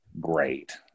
great